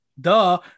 Duh